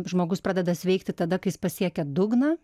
žmogus pradeda sveikti tada kai jis pasiekia dugną